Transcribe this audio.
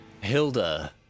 Hilda